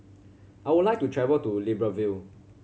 I would like to travel to Libreville